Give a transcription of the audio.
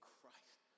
Christ